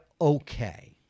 okay